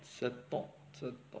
செத்தோ செத்தோ:setho setho